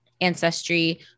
ancestry